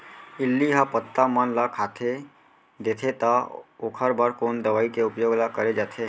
इल्ली ह पत्ता मन ला खाता देथे त ओखर बर कोन दवई के उपयोग ल करे जाथे?